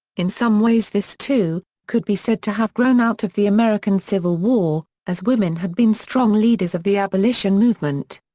in some ways this, too, could be said to have grown out of the american civil war, as women had been strong leaders of the abolition movement.